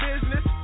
business